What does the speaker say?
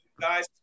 guys